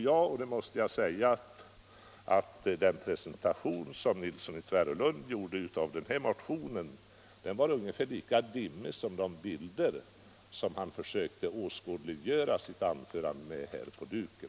Jag måste säga att den presentation som herr Nilsson i Tvärålund gjorde av motionen var ungefär lika dimmig som de bilder som han försökte åskådliggöra sitt anförande med på TV-skärmen.